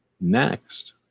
next